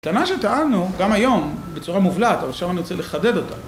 טענה שטענו, גם היום, בצורה מובלעת, עכשיו אני רוצה לחדד אותה.